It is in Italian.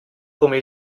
come